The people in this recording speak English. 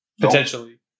Potentially